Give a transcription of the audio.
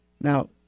now